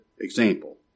example